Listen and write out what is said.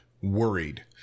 worried